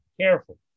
careful